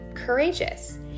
courageous